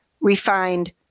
refined